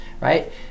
right